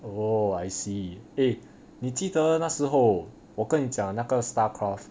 oh I see eh 你记得那时候我跟你讲那个 starcraft